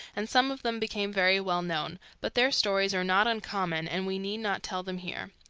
and some of them became very well known, but their stories are not uncommon, and we need not tell them here.